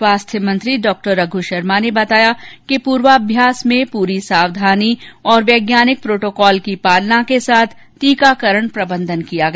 स्वास्थ्य मंत्री डॉ रघ् शर्मा ने बताया कि पूर्वाभ्यास में पूरी सावधानी और वैज्ञानिक प्रोटोकॉल की पालना के साथ टीकाकरण प्रबंधन किया गया